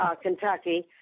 Kentucky